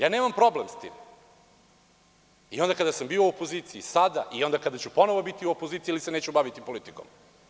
Ja nemam problem s tim i onda kada sam bio u opoziciji i sada i onda kada ću ponovo biti u opoziciji ili se neću baviti politikom.